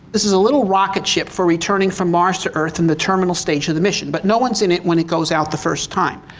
this is a little rocket ship for returning from mars to earth in the terminal stage of the mission. but no one is in it when it goes out the first time.